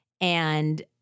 and-